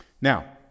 Now